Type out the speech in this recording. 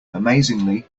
amazingly